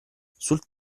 sul